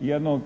jedno